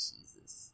Jesus